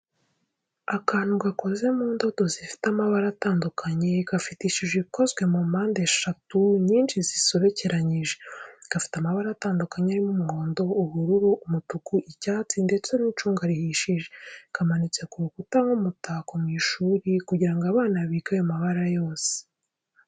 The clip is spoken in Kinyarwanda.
Akantu gakoze mu ndodo zifite amabara atandukanye, gafite ishusho ikoze muri mpande eshatu nyinshi zisobekeranyije. Gafite amabara atandukanye arimo umuhondo, ubururu, umutuku, icyatsi, ndetse n'icunga rihishije. Kamanitse ku rukuta nk'umutako mu ishuri kugira ngo abana bige ayo mabara yose.